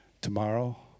Tomorrow